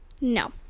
No